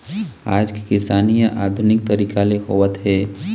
आज के किसानी ह आधुनिक तरीका ले होवत हे